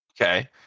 Okay